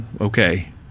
okay